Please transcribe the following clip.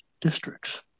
districts